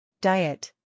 Diet